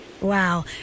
Wow